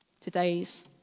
today's